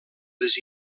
les